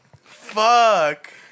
Fuck